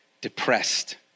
depressed